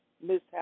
mishap